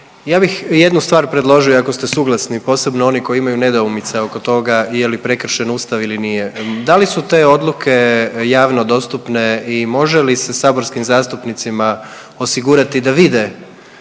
Ja bih jednu stvar predložio ako ste suglasni posebno oni koji imaju nedoumice oko toga je li prekršen Ustav ili nije. Da li su te odluke javno dostupne i može li se saborskim zastupnicima osigurati da vide